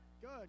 good